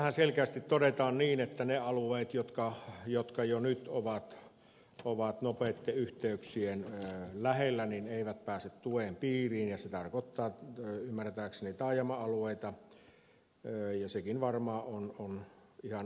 tässähän selkeästi todetaan niin että ne alueet jotka jo nyt ovat nopeitten yhteyksien lähellä eivät pääse tuen piiriin ja se tarkoittaa ymmärtääkseni taajama alueita ja sekin varmaan on ihan oikea peruste